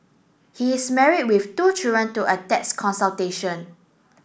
he is married with two children to a tax consultation